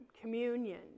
communion